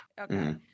Okay